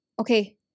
okay